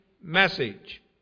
message